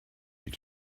die